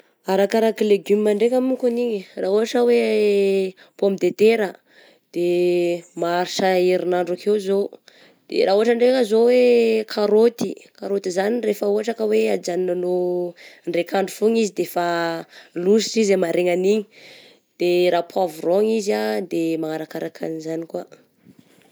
Arakaraky legioma ndraika monkony igny, raha ohatra hoe pomme de tera de maharitra herinandro akeo zao, de raha ohatra ndraika zao hoe karoty, karoty zany rehefa ohatra ka hoe ajanonanao ndraika andro foagna izy de efa lozitra izy amaraignan'iny, de raha poavrôgna izy ah de manarakaraka an'izany koa.